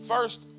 first